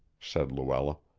said luella.